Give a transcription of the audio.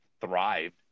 thrived